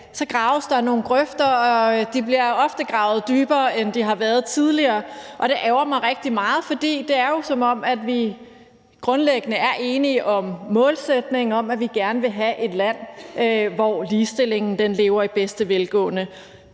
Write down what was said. graves nogle grøfter, og de bliver ofte gravet dybere, end de har været tidligere. Det ærgrer mig rigtig meget, for det er jo, som om vi grundlæggende er enige i målsætningen om, at vi gerne vil have et land, hvor ligestillingen lever i bedste velgående.